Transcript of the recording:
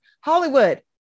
Hollywood